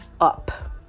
up